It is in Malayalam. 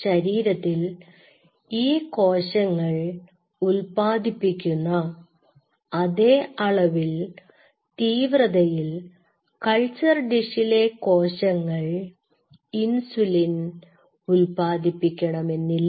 ശരീരത്തിൽ ഈ കോശങ്ങൾ ഉത്പാദിപ്പിക്കുന്ന അതേ അളവിൽ തീവ്രതയിൽ കൾച്ചർ ഡിഷിലെ കോശങ്ങൾ ഇൻസുലിൻ ഉൽപാദിപ്പിക്കണമെന്നില്ല